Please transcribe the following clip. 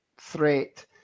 threat